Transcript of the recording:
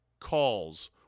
calls